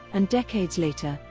and decades later,